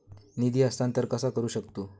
निधी हस्तांतर कसा करू शकतू?